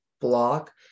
block